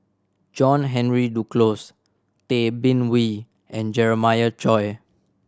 John Henry Duclos Tay Bin Wee and Jeremiah Choy